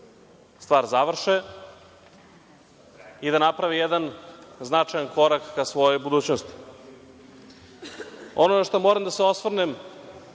stvar završe i da naprave jedan značajan korak ka svojoj budućnosti. Ono na šta moram da se osvrnem